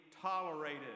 tolerated